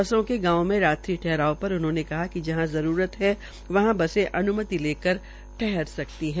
बसों के गांव में रात्रि ठहराव पर उन्होंने कहा कि जहां जरूरत है वहां बसे अन्मति लेकर ठहर सकती है